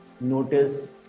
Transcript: Notice